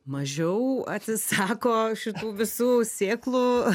mažiau atsisako šitų visų sėklų